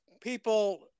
people